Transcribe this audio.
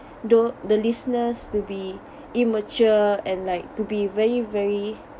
tho~ the listeners to be immature and like to be very very